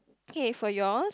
K for yours